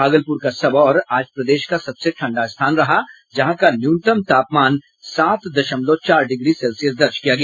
भागलपुर का सबौर आज प्रदेश का सबसे ठंडा स्थान रहा जहां का न्यूनतम तापमान सात दशमलव चार डिग्री सेल्सियस दर्ज किया गया